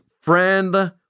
friend